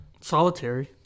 solitary